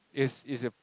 it's it's